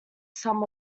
sum